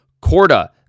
Corda